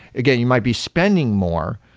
again, you might be spending more,